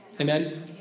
Amen